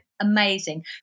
Amazing